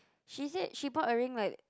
she said she bought her ring like